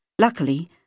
Luckily